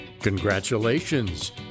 Congratulations